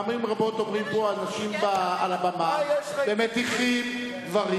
פעמים רבות עומדים פה אנשים על הבמה ומטיחים דברים.